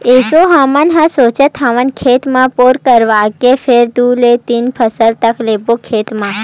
एसो हमन ह सोचे हवन खेत म बोर करवाए के फेर दू ले तीन फसल तक लेबो खेत म